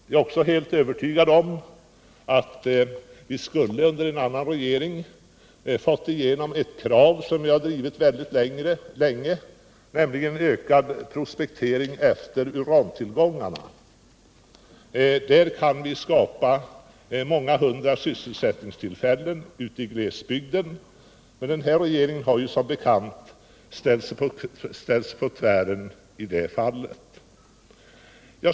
Jag är också helt övertygad om att vi under en annan regering skulle ha fått igenom ett krav som vi har drivit väldigt länge, nämligen kravet på ökad prospektering av urantillgångar. Där kan det skapas många hundra sysselsättningstillfällen i glesbygden, men den nuvarande regeringen har som bekant satt sig på tvären i det fallet.